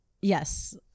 yes